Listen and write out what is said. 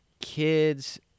kids